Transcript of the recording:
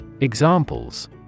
Examples